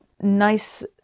Nice